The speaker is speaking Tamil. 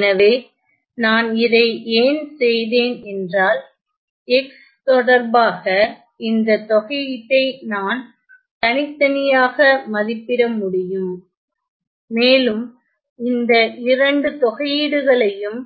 எனவே நான் இதை ஏன் செய்தேன் என்றால் x தொடர்பாக இந்த தொகையேட்டை நான் தனித்தனியாக மதிப்பிட முடியும் மேலும் இந்த 2 தொகையீடுகளையும்